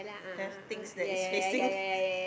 have things that is facing